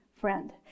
friend